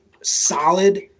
solid